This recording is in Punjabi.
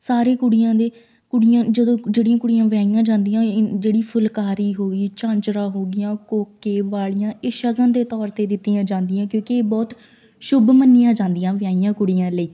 ਸਾਰੇ ਕੁੜੀਆਂ ਦੇ ਕੁੜੀਆਂ ਜਦੋਂ ਜਿਹੜੀਆਂ ਕੁੜੀਆਂ ਵਿਆਹੀਆਂ ਜਾਂਦੀਆਂ ਜਿਹੜੀ ਫੁਲਕਾਰੀ ਹੋ ਗਈ ਝਾਂਜਰਾ ਹੋ ਗਈਆਂ ਕੋਕੇ ਵਾਲ਼ੀਆਂ ਇਹ ਸ਼ਗਨ ਦੇ ਤੌਰ 'ਤੇ ਦਿੱਤੀਆਂ ਜਾਂਦੀਆਂ ਕਿਉਂਕਿ ਇਹ ਬਹੁਤ ਸ਼ੁੱਭ ਮੰਨੀਆਂ ਜਾਂਦੀਆਂ ਵਿਆਹੀਆਂ ਕੁੜੀਆਂ ਲਈ